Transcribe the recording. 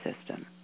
system